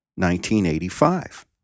1985